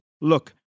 look